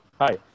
Hi